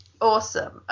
Awesome